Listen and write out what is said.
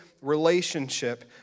relationship